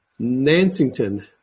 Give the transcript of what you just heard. Nansington